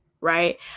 right